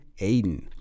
Aiden